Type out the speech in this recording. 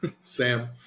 sam